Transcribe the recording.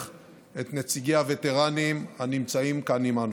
את נציגי הווטרנים הנמצאים כאן עימנו.